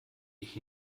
ich